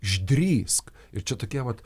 išdrįsk ir čia tokie vat